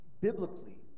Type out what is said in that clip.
biblically